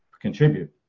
contribute